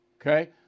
okay